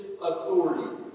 authority